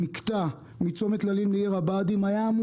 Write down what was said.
המקטע מצומת טללים לעיר הבה"דים היה אמור